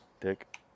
Dick